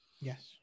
Yes